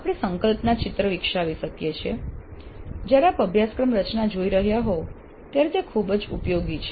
આપણે સંકલ્પના ચિત્ર વિકસાવી શકીએ છીએ જ્યારે આપ અભ્યાસક્રમ રચના જોઈ રહ્યા હોવ ત્યારે તે ખૂબ જ ઉપયોગી છે